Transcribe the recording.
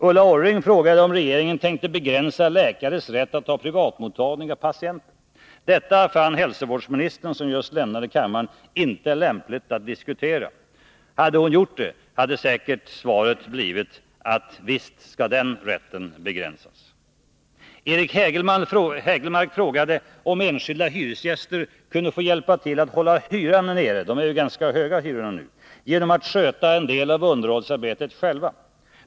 Ulla Orring frågade om regeringen tänkte begränsa läkares rätt att ha privatmottagning av patienter. Detta fann hälsovårdsministern, som just lämnade kammaren, inte lämpligt att diskutera. Hade hon gjort det, hade svaret med säkerhet blivit att den rätten naturligtvis skall begränsas. Eric Hägelmark frågade om enskilda hyresgäster kunde få hjälpa till att hålla hyran nere — hyrorna är ju ganska höga nu — genom att sköta en del av underhållsarbetet själva.